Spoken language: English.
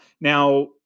Now